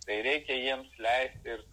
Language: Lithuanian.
tai reikia jiems leisti ir